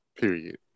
period